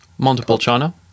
Montepulciano